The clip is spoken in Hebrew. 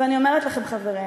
ואני אומרת לכם, חברים: